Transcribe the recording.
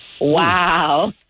Wow